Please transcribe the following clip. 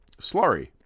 slurry